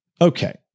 Okay